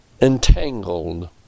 entangled